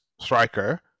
Striker